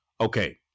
Okay